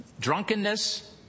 Drunkenness